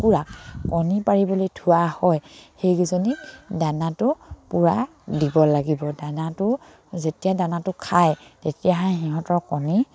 কুকুৰা কণী পাৰিবলৈ থোৱা হয় সেইকেইজনী দানাটো পূৰা দিব লাগিব দানাটো যেতিয়া দানাটো খায় তেতিয়াহে সিহঁতৰ কণী